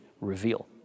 reveal